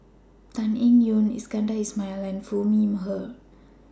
Tan Eng Yoon Iskandar Ismail and Foo Mee Har